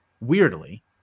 weirdly